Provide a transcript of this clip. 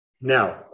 Now